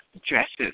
Dresses